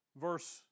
Verse